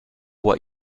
what